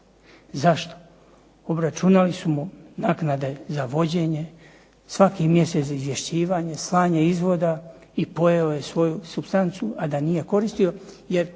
Zašto? Obračunali su mu naknade za vođenje, svaki mjesec za izvješćivanje, slanje izvoda i pojeo je svoju supstancu a da nije koristio, jer